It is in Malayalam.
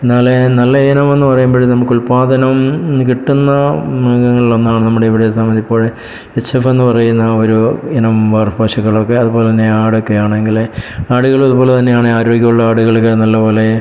എന്നാൽ നല്ല ഇനമെന്ന് പറയുമ്പം നമുക്ക് ഉൽപ്പാദനം ഇന്ന് കിട്ടുന്ന മൃഗങ്ങളിൽ ഒന്നാണ് നമ്മുടെ ഇവിടെ നമ്മൾ ഇപ്പോൾ എച്ച് എഫ് എന്ന് പറയുന്ന ഒരു ഇനം വർ പശുക്കളൊക്കെ അതുപോലെ തന്നെ ആടൊക്കെ ആണെങ്കിൽ ആടുകളും ഇതുപോലെ തന്നെയാണ് ആരോഗ്യം ഉള്ള ആടുകളൊക്കെ നല്ലതുപോലെ